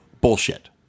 Bullshit